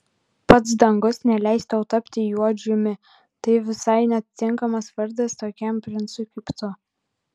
pats dangus neleis tau tapti juodžiumi tai visai netinkamas vardas tokiam princui kaip tu